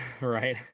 right